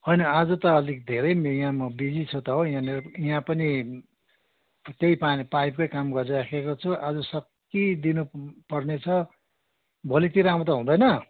होइन आज त अलिक धेरै यहाँ म बिजी छु त हौ यहाँ म यहाँ पनि त्यही पानी पाइपकै काम गरिरहेको छु आज सकिदिनु पर्नेछ भोलितिर आउँदा हुँदैन